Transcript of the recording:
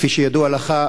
כפי שידוע לך,